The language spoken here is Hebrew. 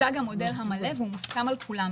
הוצג המודל המלא שהוסכם על כולם.